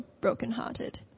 brokenhearted